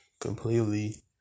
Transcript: Completely